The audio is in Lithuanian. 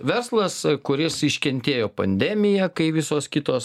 verslas kuris iškentėjo pandemiją kai visos kitos